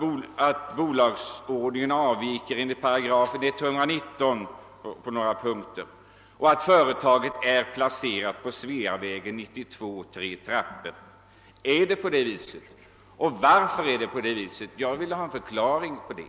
Avviker bolagsordningen på några punkter från § 119 i lagen om aktiebolag? Är företagets adress Sveavägen 92, 3 trappor? Jag skulle vilja ha en förklaring på det.